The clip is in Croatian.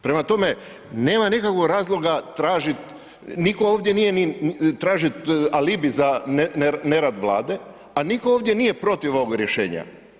Prema tome, nema nikakvog razloga tražit, nitko ovdje nije ni, tražit alibi za nerad Vlade, a nitko ovdje nije protiv ovog rješenja.